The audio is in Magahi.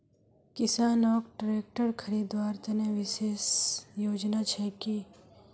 किसानोक ट्रेक्टर खरीदवार तने विशेष योजना छे कि?